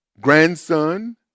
grandson